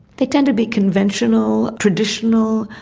they tend to be conventional, traditional,